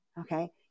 Okay